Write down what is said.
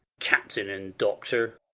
captain and doctor.